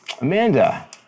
Amanda